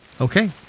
Okay